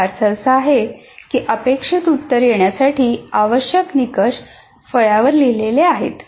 याचा अर्थ असा आहे की अपेक्षित उत्तर येण्यासाठी आवश्यक निकष फळ्यावर लिहिलेले आहेत